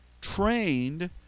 trained